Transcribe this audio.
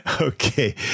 Okay